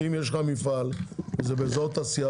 אם יש לך מפעל וזה באזור תעשייה,